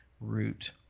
root